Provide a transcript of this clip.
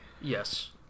Yes